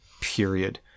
period